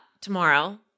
tomorrow